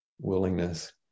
willingness